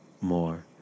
more